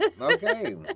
Okay